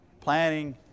Planning